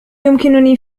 يمكنني